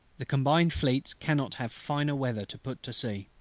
the combined fleets cannot have finer weather to put to sea.